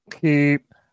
Keep